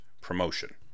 promotion